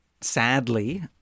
sadly